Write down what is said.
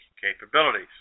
capabilities